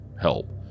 help